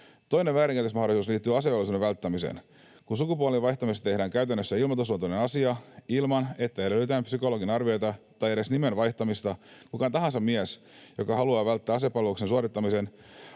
Toinen väärinkäytösmahdollisuus liittyy asevelvollisuuden välttämiseen. Kun sukupuolen vaihtamisesta tehdään käytännössä ilmoitusluontoinen asia ilman, että edellytetään psykologin arviota tai edes nimen vaihtamista, kuka tahansa mies, joka haluaa välttää asepalveluksen suorittamisen,